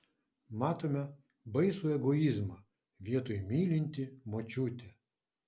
matome baisų egoizmą vietoj mylinti močiutė